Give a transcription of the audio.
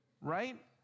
right